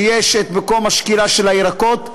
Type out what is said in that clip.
שיש מקום השקילה של הירקות,